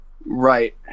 Right